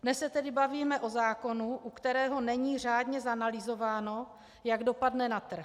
Dnes se tedy bavíme o zákonu, u kterého není řádně zanalyzováno, jak dopadne na trh.